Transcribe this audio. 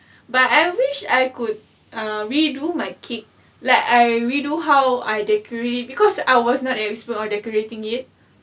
but I wish I could err redo my cake like I redo how I decorate because I was not experienced on decorating it